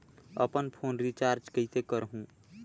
अपन phone recharge कइसे करहु?